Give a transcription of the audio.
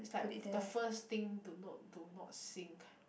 is like the first thing to note do not sing